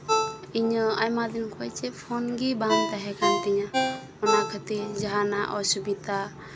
ᱤᱧᱟᱹᱜ ᱟᱭᱢᱟ ᱫᱤᱱ ᱠᱷᱚᱱ ᱪᱮᱫ ᱯᱷᱳᱱ ᱜᱮ ᱵᱟᱝ ᱛᱟᱦᱮᱸ ᱠᱟᱱ ᱛᱤᱧᱟ ᱚᱱᱟ ᱠᱷᱟᱹᱛᱤᱨ ᱡᱟᱦᱟᱸᱱᱟᱜ ᱚᱥᱩᱵᱤᱫᱷᱟ